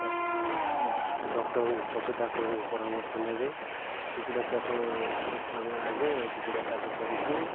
doctor ପଶୁ ଡାକ୍ଟରଙ୍କୁ ପରାମର୍ଶ ନେବେ କୁକୁଡ଼ା ଚାଷ ପାଇଁ ଆମେ ଆଜ୍ଞା କୁକୁଡ଼ା ଚାଷ କରିଛୁ